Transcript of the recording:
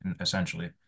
essentially